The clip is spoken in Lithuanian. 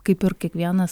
kaip ir kiekvienas